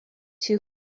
two